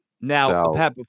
Now